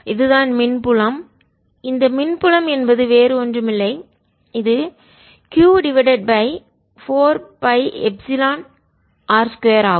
இதுதான் மின் புலம் இந்த மின் புலம் என்பது வேறு ஒன்றுமில்லை இது q divided by 4 by epsilon 0 r 2 ஆகும்